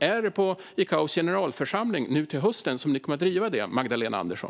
Är det på ICAO:s generalförsamling nu till hösten som ni kommer att driva detta, Magdalena Andersson?